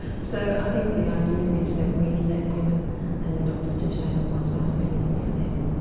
so i think the idea is that we let women and their doctors determine what's most meaningful for them.